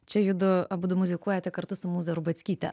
čia judu abudu muzikuojate kartu su mūza rubackyte